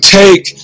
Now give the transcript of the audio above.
take